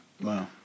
Wow